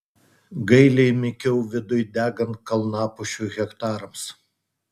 gailiai mykiau viduj degant kalnapušių hektarams